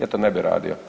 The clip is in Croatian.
Ja to ne bi radio.